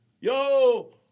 yo